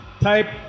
type